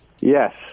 Yes